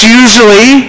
usually